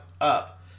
up